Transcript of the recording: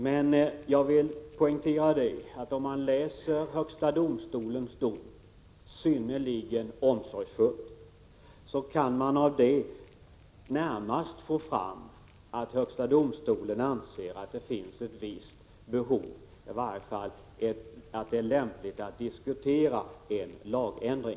Men jag vill poängtera att man vid en synnerligen omsorgsfull läsning av högsta domstolens dom närmast får fram att högsta domstolen anser att det finns ett visst behov av en lagändring eller att det i varje fall är lämpligt att diskutera en sådan.